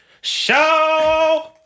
show